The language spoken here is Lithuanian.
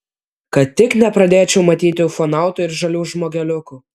kad tik nepradėčiau matyti ufonautų ir žalių žmogeliukų